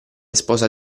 sposa